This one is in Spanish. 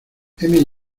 heme